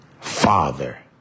father